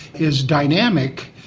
is dynamic,